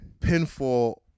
Pinfall